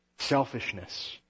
selfishness